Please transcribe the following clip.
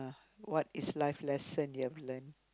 what is life lesson you have learnt